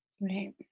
Right